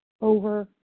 over